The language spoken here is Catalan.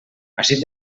ací